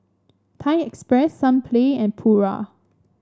Thai Express Sunplay and Pura